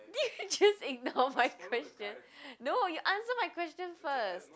did you just ignore my question no you answer my question first